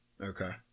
Okay